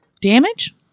Damage